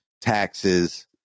taxes